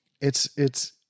It's—it's